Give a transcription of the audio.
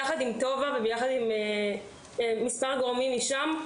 יחד עם טובה ועם מספר גורמים משם,